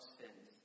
sins